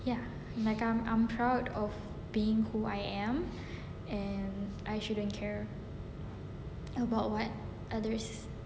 ya like I'm proud of being who I am and I shouldn't care about what others